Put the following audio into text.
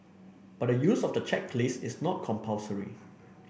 but the use of the checklist is not compulsory